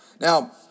Now